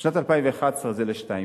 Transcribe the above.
לשאלה 2,